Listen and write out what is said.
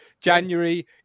January